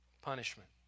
punishment